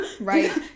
Right